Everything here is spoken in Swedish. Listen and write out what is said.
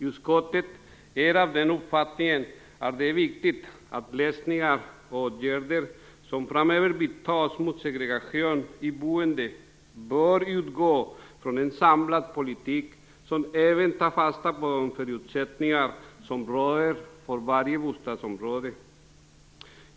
Utskottet är av den uppfattningen att det är viktigt att lösningar och åtgärder som framöver vidtas mot segregation i boendet bör utgå från en samlad politik som även tar fasta på de förutsättningar som råder i varje enskilt bostadsområde.